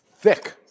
thick